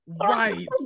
right